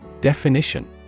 Definition